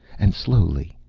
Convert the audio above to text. and slowly